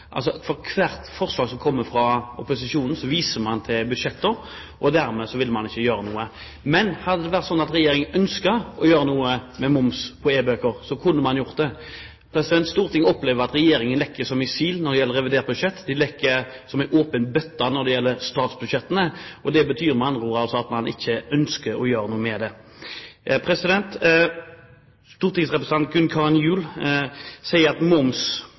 opposisjonen, viser man til budsjetter, og dermed vil man ikke gjøre noe. Men hadde det vært sånn at Regjeringen ønsket å gjøre noe med moms på e-bøker, så kunne man gjort det. Stortinget opplever at Regjeringen lekker som en sil når det gjelder revidert budsjett, den lekker som en åpen bøtte når det gjelder statsbudsjettene. Det betyr med andre ord at man ikke ønsker å gjøre noe med det. Stortingsrepresentant Gunn Karin Gjul sier at